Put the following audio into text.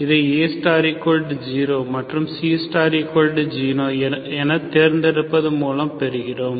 இதை A0 மற்றும் C0 என தேர்ந்தெடுப்பது மூலம் பெறுகிறோம்